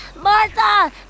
Martha